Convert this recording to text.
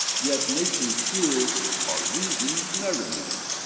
yet nature's tears are reason's merriment.